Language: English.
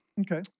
Okay